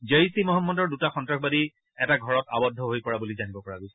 জেইছ ঈ মহম্মদৰ দুটা সন্ত্ৰাসবাদী এটা ঘৰত আৱদ্ধ হৈ পৰা বুলি জানিব পৰা গৈছে